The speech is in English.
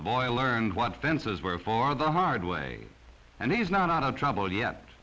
the boy learned what fences were for the hard way and he's not out of trouble yet